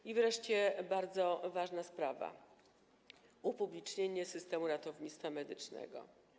I wreszcie, bardzo ważna sprawa, upublicznienie systemu ratownictwa medycznego.